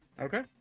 okay